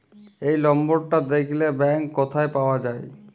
এই লম্বরটা দ্যাখলে ব্যাংক ক্যথায় পাউয়া যায়